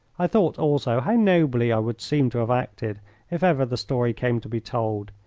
i thought also how nobly i would seem to have acted if ever the story came to be told,